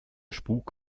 spuck